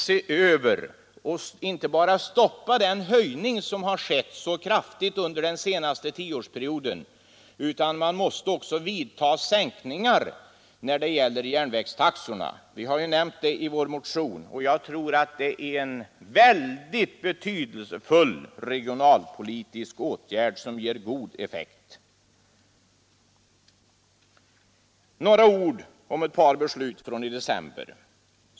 Man måste inte bara stoppa den höjning som skett under den senaste femårsperioden utan också vidtaga sänkningar av järnvägstaxorna. Vi har nämnt det i vår motion, och jag tror att det är en väldigt betydelsefull regionalpolitisk åtgärd som ger god effekt. Några ord om ett par beslut från december.